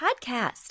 podcast